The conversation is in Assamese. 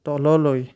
তললৈ